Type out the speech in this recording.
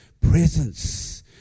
presence